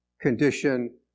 condition